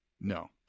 No